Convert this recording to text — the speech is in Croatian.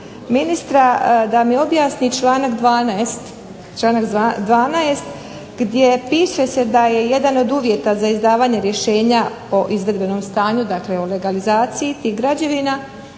ministra da mi objasni članak 12. gdje piše da je jedan od uvjeta za izdavanje rješenja o izvedbenom stanju, dakle o legalizaciji tih građevina,